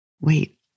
wait